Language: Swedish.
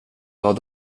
vad